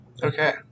Okay